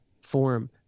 form